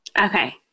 Okay